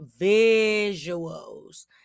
visuals